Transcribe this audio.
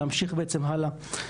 להמשיך בעצם הלאה.